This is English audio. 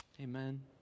Amen